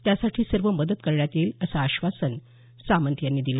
त्यासाठी सर्व मदत करण्यात येईल असं आश्वासन सामंत यांनी दिलं